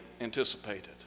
anticipated